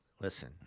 listen